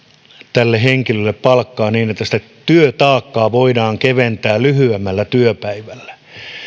tälle henkilölle palkkaa niin että sitä työtaakkaa voidaan keventää lyhyemmällä työpäivällä